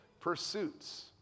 pursuits